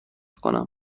کنم